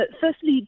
firstly